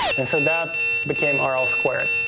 and so that became ah rl squared.